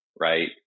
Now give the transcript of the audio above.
right